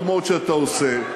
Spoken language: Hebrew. טוב מאוד שאתה עושה,